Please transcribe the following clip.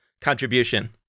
contribution